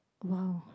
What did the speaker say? !wow!